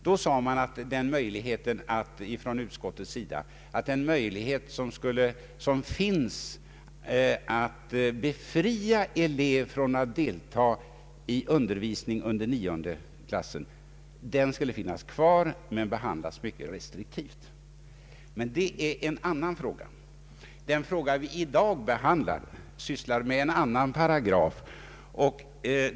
Utskottet uttalade den gången att den möjlighet som finns att befria elev från att delta i undervisningen i nionde klassen skulle finnas kvar men att stor restriktivitet därvidlag skulle iakttas. Detta är en annan fråga. Den fråga som vi i dag behandlar gäller en annan paragraf.